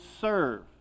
serve